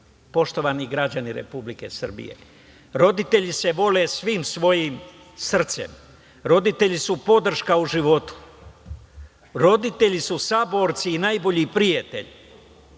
uvredama. Poštovani građani Republike Srbije, roditelji se vole svim svojim srcem, roditelji su podrška u životu, roditelji su saborci i najbolji prijatelji,